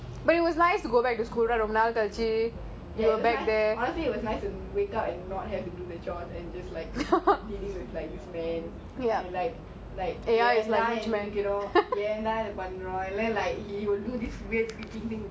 ya it was nice honestly it was nice to wake up and not have to do the chores and dealing with this man எங்ல ஏந்திக்கிறோம் எங்ல இத பண்றோம்:yeanla yeanthikirom yeanla itha panrom and he will do this weird speaking thing